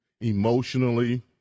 emotionally